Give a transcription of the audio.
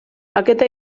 aquesta